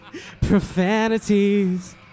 Profanities